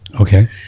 Okay